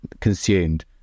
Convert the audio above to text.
consumed